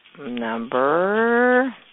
Number